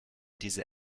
diese